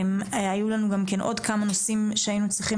היו לנו גם כן עוד כמה נושאים שהיינו צריכים